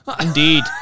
Indeed